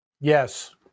Yes